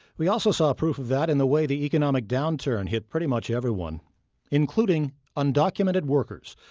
we also saw proof of that in the way the economic downturn hit pretty much everyone including undocumented workers.